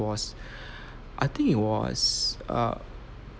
was I think it was err